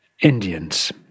Indians